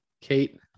kate